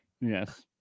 Yes